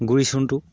গুৰি চূণটো